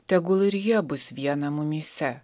tegul ir jie bus viena mumyse